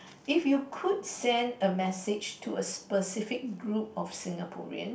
if you could send a message to a specific group of Singaporean